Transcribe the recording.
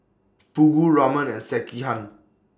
Fugu Ramen and Sekihan